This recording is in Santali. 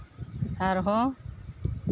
ᱟᱨᱦᱚᱸ